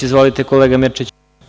Izvolite, kolega Mirčiću.